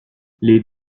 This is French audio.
les